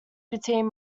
between